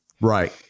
right